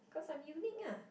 cause I'm unique ah